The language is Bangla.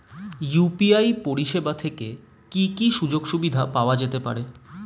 ইউ.পি.আই পরিষেবা থেকে কি কি সুযোগ সুবিধা পাওয়া যেতে পারে?